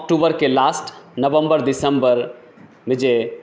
अक्टूबरके last नवम्बर दिसम्बरमे जे